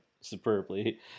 superbly